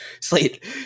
Slate